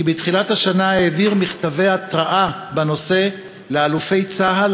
כי בתחילת השנה העביר מכתבי התרעה בנושא לאלופי צה"ל,